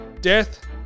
Death